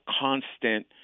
constant